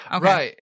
Right